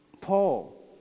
Paul